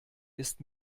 ist